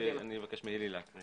אבקש מהילאי להקריא.